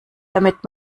damit